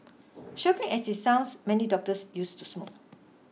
shocking as it sounds many doctors used to smoke